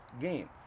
game